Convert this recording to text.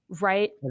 right